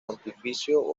pontificio